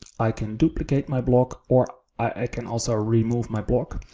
i can duplicate my block or i can also remove my block.